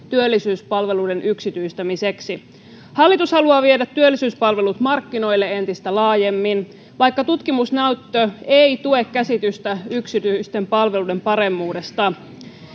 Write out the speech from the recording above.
työllisyyspalveluiden yksityistämiseksi hallitus haluaa viedä työllisyyspalvelut markkinoille entistä laajemmin vaikka tutkimusnäyttö ei tue käsitystä yksityisten palveluiden paremmuudesta